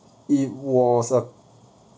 it was a